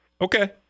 Okay